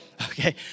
okay